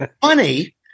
funny